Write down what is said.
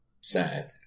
sad